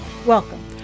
Welcome